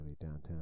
downtown